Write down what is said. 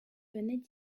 venaient